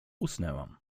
usnęłam